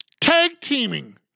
tag-teaming